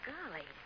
Golly